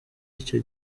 icyo